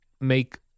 make